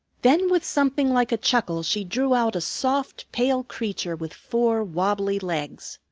then with something like a chuckle she drew out a soft, pale creature with four wobbly legs.